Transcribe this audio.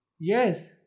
Yes